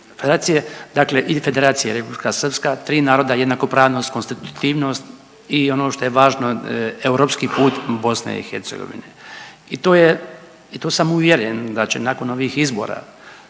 federacije ili Federacije Republika Srpska, tri naroda jednakopravnost, konstitutivnost i ono što je važno europski put BiH i to sam uvjeren da će nakon ovih izbora